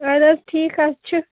اَدٕ حظ ٹھیٖک حظ چھِ